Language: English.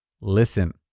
Listen